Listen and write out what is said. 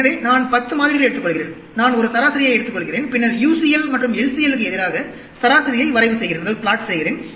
எனவே நான் 10 மாதிரிகள் எடுத்துக்கொள்கிறேன் நான் ஒரு சராசரியை எடுத்துக்கொள்கிறேன் பின்னர் UCL மற்றும் LCL க்கு எதிராக சராசரியை வரைவு செய்கிறேன்